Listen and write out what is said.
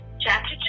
chapter